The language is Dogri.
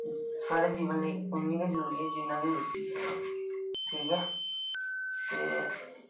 साढ़े जीवन लेई उन्नी गै जरूरी ऐ जिन्नी के रुट्टी ठीक ऐ ते